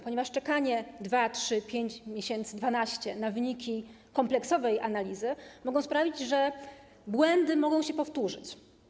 Ponieważ czekanie 2, 3, 5, 12 miesięcy na wyniki kompleksowej analizy może sprawić, że błędy mogą się powtórzyć.